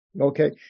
okay